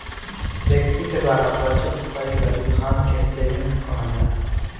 व्यक्ति के द्वारा बचत कईल गईल धन के सेविंग कहल जाला